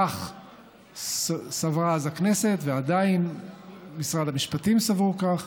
כך סברה אז הכנסת, ועדיין משרד המשפטים סבור כך,